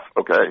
okay